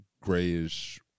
grayish